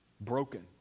broken